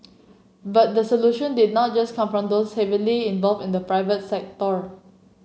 but the solution did not just come from those heavily involved in the private sector